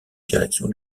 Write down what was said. direction